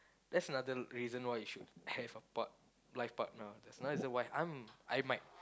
that's another reason why you should have a part~ life partner that's another reason why I'm I might